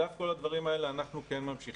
על אף כל הדברים האלה, אנחנו כן ממשיכים.